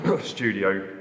studio